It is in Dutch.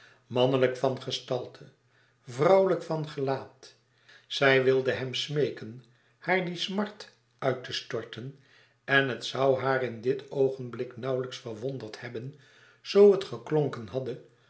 mannelijk van gestalte vrouwelijk van gelaat zij wilde hem smeeken haar die smart uit te storten en het zoû haar in dit oogenblik nauwelijks verwonderd hebben zoo het geklonken hadde